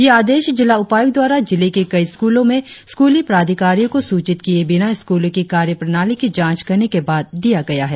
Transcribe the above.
ये आदेश जिला उपायुक्त द्वारा जिले के कई स्कूलों में स्कूली प्राधिकारियों को सूचित किए बिना स्कूलों की कार्यप्रणाली की जांच करने के बाद दिया गया है